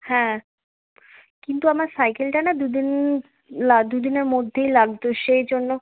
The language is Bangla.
হ্যাঁ কিন্তু আমার সাইকেলটা না দু দিন লা দু দিনের মধ্যেই লাগতো সেই জন্য